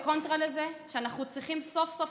כקונטרה לזה אני חושבת שאנחנו צריכים סוף-סוף